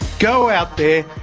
go out there,